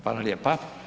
Hvala lijepa.